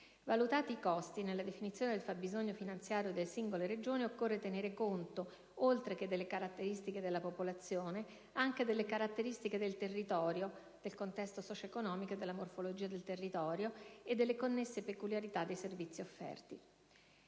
Valutati i costi, nella definizione del fabbisogno finanziario delle singole Regioni occorre tenere conto, oltre che delle caratteristiche della popolazione, anche delle caratteristiche del territorio (contesto socio-economico e morfologia del territorio) e delle connesse peculiarità dei servizi offerti.